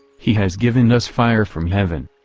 he has given us fire from heaven!